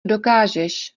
dokážeš